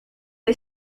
est